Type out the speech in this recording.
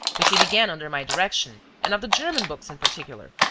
which he began under my direction, and of the german books in particular.